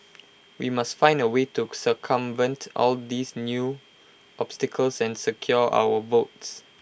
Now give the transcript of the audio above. we must find A way to circumvent all these new obstacles and secure our votes